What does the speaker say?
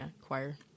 choir